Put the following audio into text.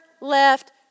left